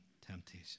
temptation